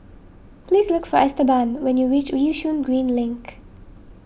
please look for Esteban when you reach Yishun Green Link